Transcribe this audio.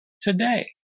today